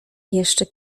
jeszcze